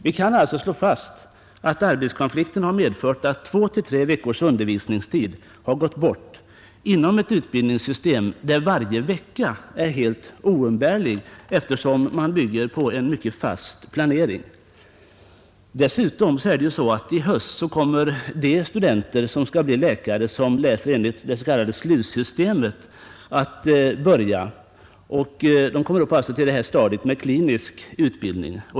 Vi kan alltså slå fast att arbetskonflikten medfört att två tre veckors undervisningstid gått förlorad inom ett utbildningssystem där varje vecka är helt oumbärlig, eftersom man bygger på en mycket fast planering. Därtill kommer att de studenter som skall bli läkare och som läser enligt det s.k. SLUS-systemet skall börja med klinisk utbildning i höst.